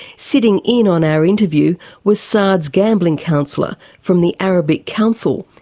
sitting in on our interview was saad's gambling counsellor from the arabic council,